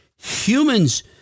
humans